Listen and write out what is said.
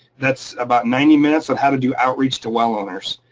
that's about ninety minutes of how to do outreach to well owners.